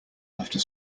after